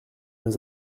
nos